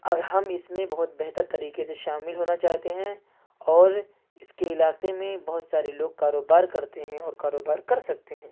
او ہم اس میں بہت بہتر طریقے سے شامل ہونا چاہتے ہیں اور اس کے علاقے میں بہت سارے لوگ کاروبار کرتے ہیں اور کاروبار کر سکتے ہیں